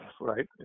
right